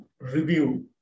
review